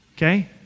Okay